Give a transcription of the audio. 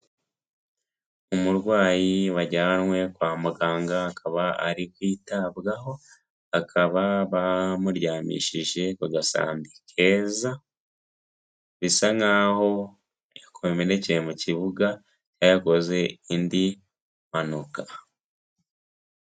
Umurwayi wajyanywe kwa muganga akaba ari kwitabwaho, akaba bamuryamishije ku gasambi keza, bisa nkaho yakomerekeye mu kibuga, cyangwa yakoze indi mpanuka.